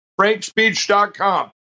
frankspeech.com